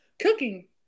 cooking